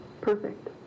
perfect